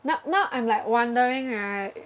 now now I'm like wondering right